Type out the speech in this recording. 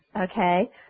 okay